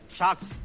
Sharks